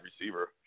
receiver